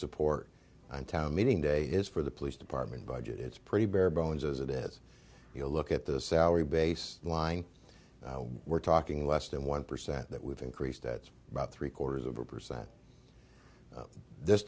support on town meeting day is for the police department budget it's pretty bare bones as it is you look at the salary base line we're talking less than one percent that we've increased that's about three quarters of a percent of this